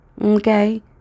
Okay